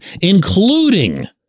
including